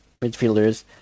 midfielders